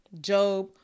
Job